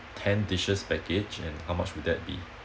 ten dishes package and how much will that be